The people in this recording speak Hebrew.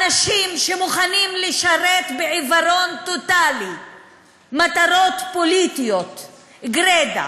אנשים שמוכנים לשרת בעיוורון טוטלי מטרות פוליטיות גרידא